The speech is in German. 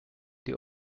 die